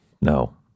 No